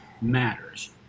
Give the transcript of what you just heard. matters